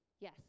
Yes